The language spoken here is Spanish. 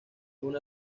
una